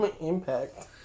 Impact